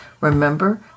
remember